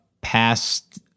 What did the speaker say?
past